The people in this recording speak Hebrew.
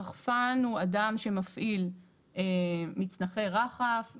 רחפן הוא אדם שמפעיל מצנחי רחף,